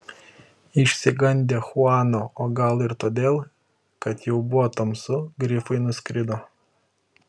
išsigandę chuano o gal ir todėl kad jau buvo tamsu grifai nuskrido